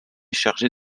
chargée